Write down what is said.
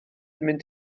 mynd